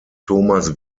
thomas